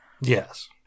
Yes